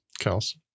Kels